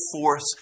force